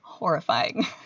Horrifying